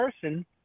person